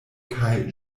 kaj